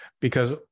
because-